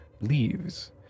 leaves